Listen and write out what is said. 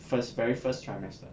first very first trimester